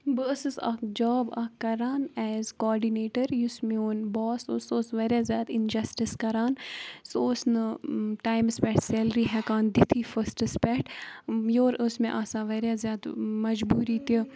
بہٕ ٲسٕس اَکھ جاب اَکھ کَران ایز کاڈِنیٹَر یُس میون باس اوس سُہ اوس واریاہ زیادٕ اِنجَسٹِس کَران سُہ اوس نہٕ ٹایمَس پٮ۪ٹھ سیلری ہٮ۪کان دِتھی فٔسٹَس پٮ۪ٹھ یورٕ ٲس مےٚ آسان واریاہ زیادٕ مَجبوٗری تہِ